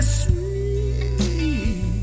sweet